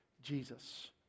Jesus